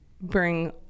bring